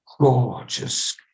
gorgeous